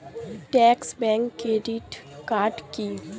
Trust bank credit card কি?